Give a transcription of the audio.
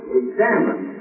examine